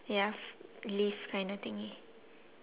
!oi! ya